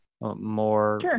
more